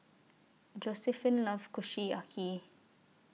Josiephine loves Kushiyaki